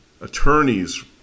attorneys